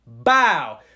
Bow